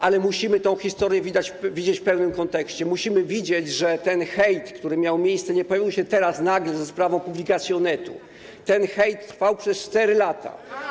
Ale musimy tę historię widzieć w pełnym kontekście, musimy widzieć, że ten hejt, który miał miejsce, nie pojawił się teraz, nagle, za sprawą publikacji Onetu, ten hejt trwał przez 4 lata.